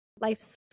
life's